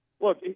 look